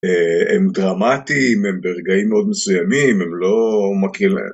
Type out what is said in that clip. הם דרמטיים, הם ברגעים מאוד מסוימים, הם לא מכירים...